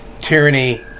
tyranny